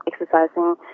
exercising